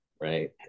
right